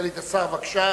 סגנית השר, בבקשה.